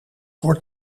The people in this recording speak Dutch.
wordt